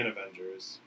Avengers